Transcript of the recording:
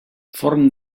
forn